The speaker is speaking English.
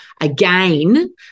again